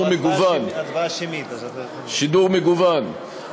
שידור מגוון,